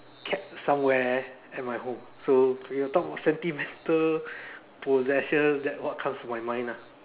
kept somewhere at my home so you talk sentimental possessions that what comes to my mind lah